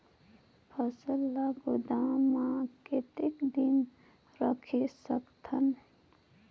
फसल ला गोदाम मां कतेक दिन रखे सकथन?